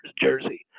Jersey